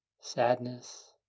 sadness